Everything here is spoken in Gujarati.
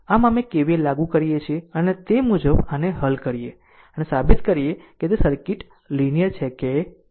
આમ અમે KVL લાગુ કરીએ છીએ અને તે મુજબ આને હલ કરીએ અને સાબિત કરીએ કે તે સર્કિટ લીનીયર છે કે નહીં